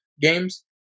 games